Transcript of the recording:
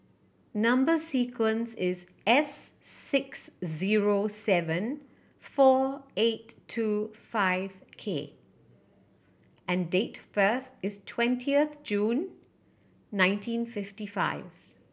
number sequence is S six zero seven four eight two five K and date of birth is twenty of June nineteen fifty five